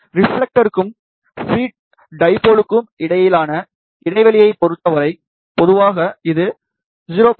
ரிப்ஃலெக்டர்க்கும் fit டைபோலுக்கும் இடையிலான இடைவெளியைப் பொருத்தவரை பொதுவாக இது 0